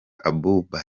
abouba